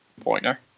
Pointer